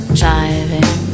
driving